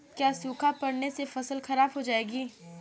क्या सूखा पड़ने से फसल खराब हो जाएगी?